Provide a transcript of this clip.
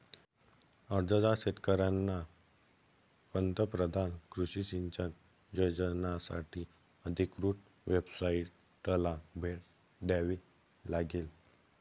अर्जदार शेतकऱ्यांना पंतप्रधान कृषी सिंचन योजनासाठी अधिकृत वेबसाइटला भेट द्यावी लागेल